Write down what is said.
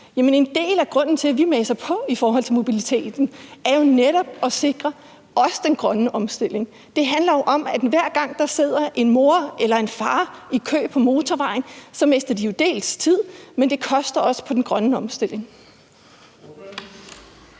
men en af grundene til, at vi maser på i forhold til mobiliteten, er jo også netop, at vi vil sikre den grønne omstilling. Det handler jo om, at hver gang der sidder en mor eller en far i kø på motorvejen, så mister de jo dels tid, men det koster også på den grønne omstilling.